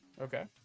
okay